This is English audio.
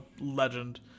legend